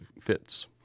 Fits